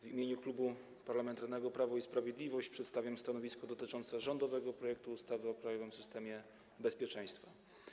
W imieniu Klubu Parlamentarnego Prawo i Sprawiedliwość przedstawiam stanowisko dotyczące rządowego projektu ustawy o krajowym systemie cyberbezpieczeństwa.